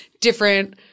different